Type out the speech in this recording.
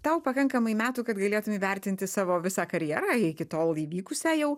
tau pakankamai metų kad galėtum įvertinti savo visą karjerą iki tol įvykusią jau